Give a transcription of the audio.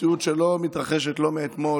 מציאות שמתרחשת לא מאתמול,